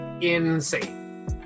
insane